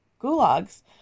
gulags